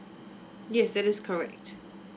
yes that is correct